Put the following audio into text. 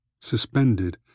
suspended